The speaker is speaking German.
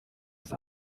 ist